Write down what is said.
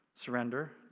surrender